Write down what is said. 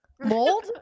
Mold